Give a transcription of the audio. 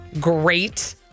great